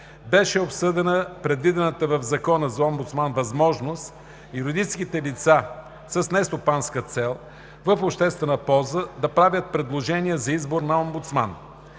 Беше обсъдена предвидената в Закона за омбудсмана възможност юридическите лица с нестопанска цел в обществена полза да правят предложения за избор на омбудсман.